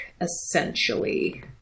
essentially